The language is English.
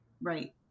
Right